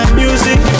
music